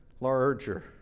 larger